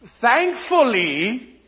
thankfully